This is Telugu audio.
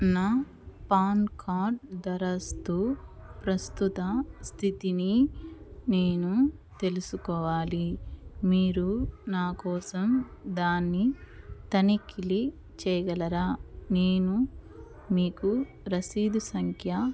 నా పాన్ కార్డ్ దరఖాస్తు ప్రస్తుత స్థితిని నేను తెలుసుకోవాలి మీరు నా కోసం దాన్ని తనిఖి చెయ్యగలరా నేను మీకు రసీదు సంఖ్య